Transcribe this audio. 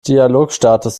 dialogstatus